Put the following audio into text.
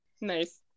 Nice